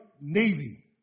navy